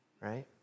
right